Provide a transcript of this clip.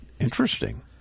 interesting